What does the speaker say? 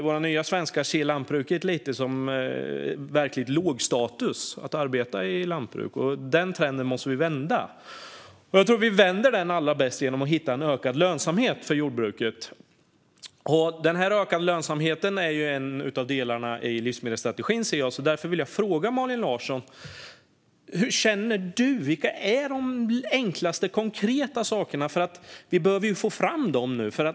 Våra nya svenskar ser det många gånger som låg status att arbeta i lantbruk. Den trenden måste vi vända. Jag tror att vi vänder den bäst genom att hitta ökad lönsamhet för jordbruket. Den ökade lönsamheten är en av delarna i livsmedelsstrategin. Därför har jag en fråga till Malin Larsson. Vilka är de enklaste konkreta sakerna? Vi behöver få fram dem nu.